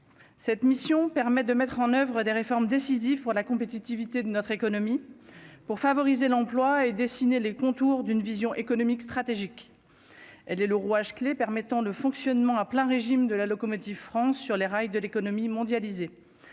cette mission permet de mettre en oeuvre des réformes décisives pour la compétitivité de notre économie, pour favoriser l'emploi et dessiner les contours d'une vision économique stratégique, elle est le rouage clé permettant le fonctionnement à plein régime de la locomotive France sur les rails de l'économie mondialisée,